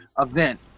Event